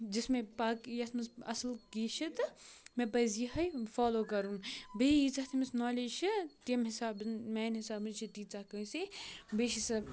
جِس میں پاک یَتھ منٛز اَصٕل یہِ چھِ تہٕ مےٚ پَزِ یِہٕے فالو کَرُن بیٚیہِ ییٖژاہ تٔمِس نالیج چھِ تمہِ حِسابہٕ میٛانہِ حِسابہٕ تیٖژاہ کٲنٛسے بیٚیہِ چھِ سُہ